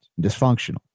dysfunctional